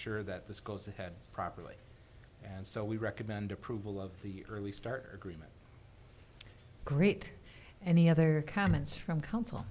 sure that this goes ahead properly and so we recommend approval of the early start agreement greet any other comments from coun